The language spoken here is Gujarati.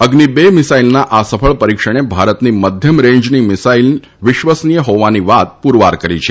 અઝ્નિ બે મિસાઇલના આ સફળ પરીક્ષણે ભારતની મધ્યમ રેન્જની મિસાઇલ વિશ્વસનીય હોવાની વાત પૂરવાર કરી છે